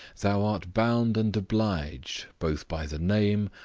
thou art bound and obliged, both by the name,